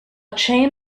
chain